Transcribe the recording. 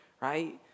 right